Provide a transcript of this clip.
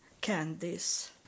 candies